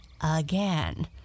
again